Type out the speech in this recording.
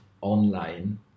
online